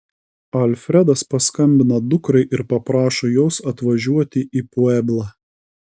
alfredas paskambina dukrai ir paprašo jos atvažiuoti į pueblą